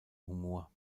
humor